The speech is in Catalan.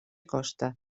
costa